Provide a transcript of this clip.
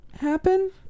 happen